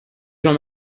jean